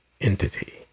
entity